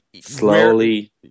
slowly